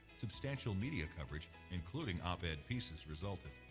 substantial media coverage, including op-ed pieces, resulted.